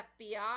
FBI